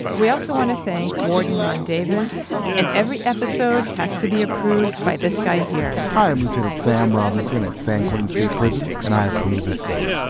we also want to thank warden ron davis and every episode has to be approved by this guy here i am lieutenant sam robinson at san quentin state prison and i approved this story